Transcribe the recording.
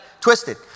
twisted